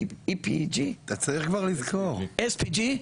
SPG,